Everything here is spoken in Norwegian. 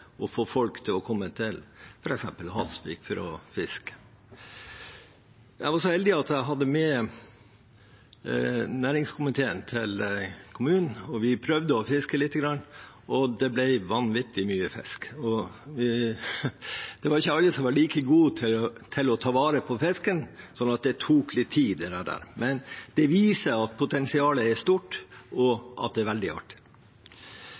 å komme til f.eks. Hasvik for å fiske. Jeg var så heldig at jeg hadde med næringskomiteen til kommunen. Vi prøvde å fiske litt, og det ble vanvittig mye fisk. Det var ikke alle som var like gode til å ta vare på fisken, så det tok litt tid, men det viser at potensialet er stort, og at det er veldig